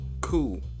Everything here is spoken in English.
Cool